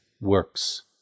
works